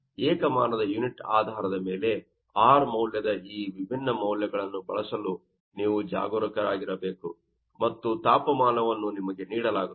ಆದ್ದರಿಂದ ಏಕಮಾನದಯೂನಿಟ್ ಆಧಾರದ ಮೇಲೆ R ಮೌಲ್ಯದ ಈ ವಿಭಿನ್ನ ಮೌಲ್ಯಗಳನ್ನು ಬಳಸಲು ನೀವು ಜಾಗರೂಕರಾಗಿರಬೇಕು ಮತ್ತು ತಾಪಮಾನವನ್ನು ನಿಮಗೆ ನೀಡಲಾಗುತ್ತದೆ